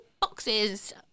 boxes